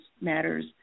matters